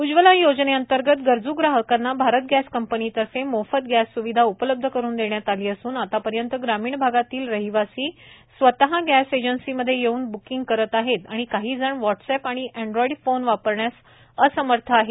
उज्ज्वला योजनेंतर्गत गरजू ग्राहकांना भारत गॅस कंपनीतर्फे मोफत गॅस स्विधा उपलब्ध करुन देण्यात आली असून आतापर्यंत ग्रामीण भागातील हे रहिवासी स्वतः गॅस एजन्सीमध्ये येऊन ब्किंग करत आहेत आणि काही जण व्हॉट्सअॅप आणि अँड्रॉइड फोन वापरण्यास असमर्थ आहेत